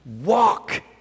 walk